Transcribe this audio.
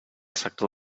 sector